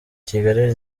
kigali